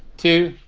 two,